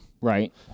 Right